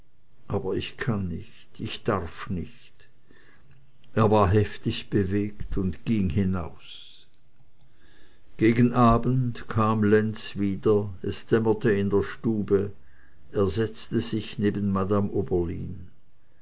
aber ich kann nicht ich darf nicht er war heftig bewegt und ging hinaus gegen abend kam lenz wieder es dämmerte in der stube er setzte sich neben madame oberlin